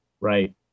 right